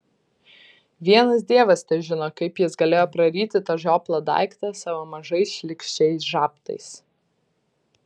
vienas dievas težino kaip jis galėjo praryti tą žioplą daiktą savo mažais šlykščiais žabtais